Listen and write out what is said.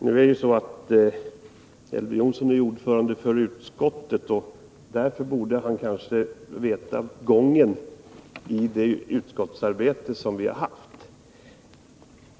Fru talman! Elver Jonsson är ju ordförande i utskottet, och därför borde han veta gången i det utskottsarbete som vi har bedrivit.